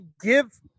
give